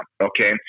okay